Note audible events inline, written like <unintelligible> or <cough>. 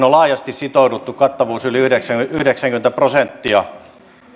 <unintelligible> on laajasti sitouduttu kattavuus yli yhdeksänkymmentä prosenttia